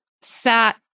sat